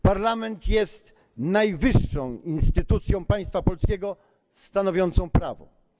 Parlament jest najwyższą instytucją państwa polskiego stanowiącą prawo.